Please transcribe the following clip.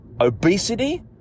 obesity